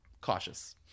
cautious